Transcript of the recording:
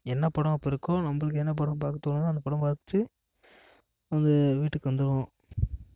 என்ன படம் அப்போ இருக்கோ நம்மளுக்கு என்ன படம் பார்க்க தோணுதோ அந்த படம் பார்த்துட்டு வந்து வீட்டுக்கு வந்துடுவோம்